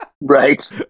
right